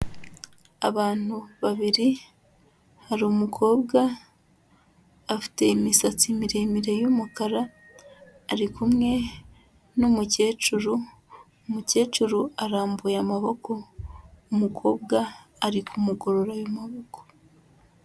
Abantu babiri, hari umukobwa afite imisatsi miremire y'umukara, ari kumwe n'umukecuru, umukecuru arambuye amaboko, umukobwa ari kumugorora ayo maboko.